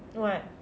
what